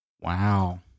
Wow